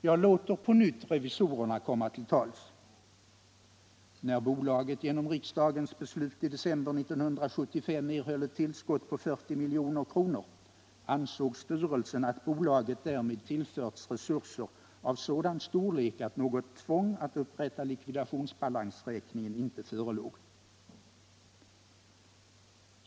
Jag låter på nytt revisorerna komma till tals: ”När bolaget —--- genom riksdagens beslut i december 1975 erhöll ett tillskott på 40 milj.kr., ansåg styrelsen att bolaget därmed tillförts resurser av sådan storlek att något tvång att upprätta likvidationsbalansräkning inte förelåg —”.